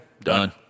Done